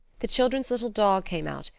the children's little dog came out,